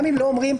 גם אם לא אומרים,